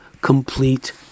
complete